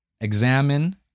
examine